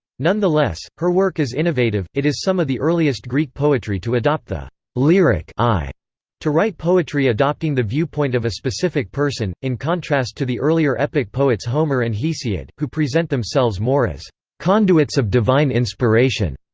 nonetheless, her work is innovative it is some of the earliest greek poetry to adopt the lyric i to write poetry adopting the viewpoint of a specific person, in contrast to the earlier epic poets homer and hesiod, who present themselves more as conduits of divine inspiration.